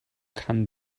kann